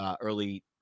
early